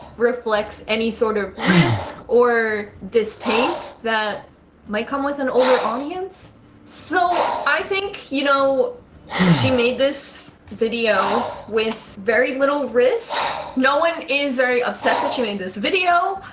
reflects any sort of risk or distaste that might come with an older audience so i think you know she made this video with very little risk. no one is very upset that she made this video.